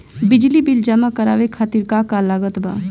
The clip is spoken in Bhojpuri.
बिजली बिल जमा करावे खातिर का का लागत बा?